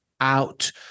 out